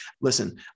listen